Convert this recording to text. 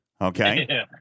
Okay